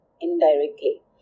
indirectly